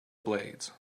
blades